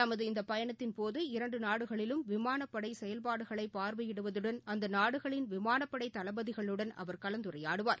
தமது இந்த பயணத்தின்போது இரண்டு நாடுகளிலும் விமானப்படை செயல்பாடுகளை பார்வையிடுவதுடன் அந்த நாடுகளின் விமானப்படை தளபதிகளுடன் அவர் கலந்துரையாடுவார்